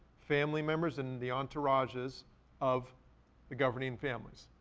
family members and the entourages of the governing families.